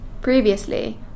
Previously